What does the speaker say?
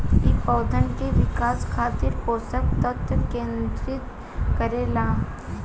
इ पौधन के विकास खातिर पोषक तत्व केंद्रित करे ला